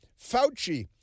Fauci